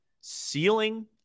ceiling